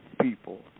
people